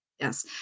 yes